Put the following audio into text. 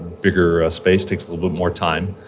bigger ah space, takes a little bit more time,